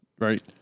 right